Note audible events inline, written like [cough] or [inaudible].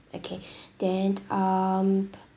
okay [breath] then um